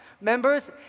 members